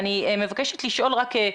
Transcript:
אני מבקשת לשאול רק,